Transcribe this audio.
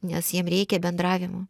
nes jiem reikia bendravimo